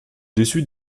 dessus